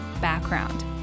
background